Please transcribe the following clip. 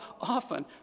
often